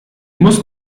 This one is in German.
muss